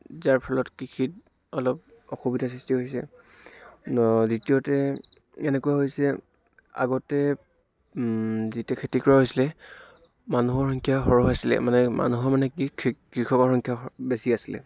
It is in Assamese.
যাৰ ফলত কৃষিত অলপ অসুবিধাৰ সৃষ্টি হৈছে দ্বিতীয়তে এনেকুৱাও হৈছে আগতে যেতিয়া খেতি কৰা হৈছিলে মানুহৰ সংখ্য়া সৰহ আছিলে মানে মানুহৰ মানে কৃষি কৃষকৰ সংখ্য়া সৰ বেছি আছিলে